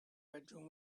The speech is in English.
bedroom